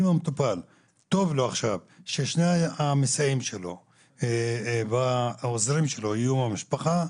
אם טוב למטופל עכשיו ששני המסייעים שלו והעוזרים שלו יהיו מהמשפחה,